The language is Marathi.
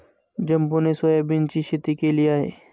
जंबोने सोयाबीनची शेती केली आहे